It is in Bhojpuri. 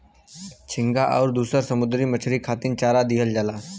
झींगा आउर दुसर समुंदरी मछरी खातिर चारा दिहल जाला